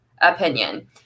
opinion